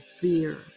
fear